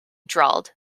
drawled